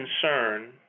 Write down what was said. concern